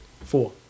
Four